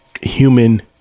human